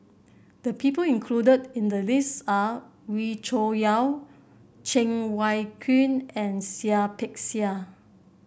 the people included in the list are Wee Cho Yaw Cheng Wai Keung and Seah Peck Seah